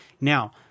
Now